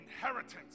inheritance